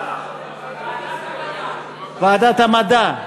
ועדת המדע.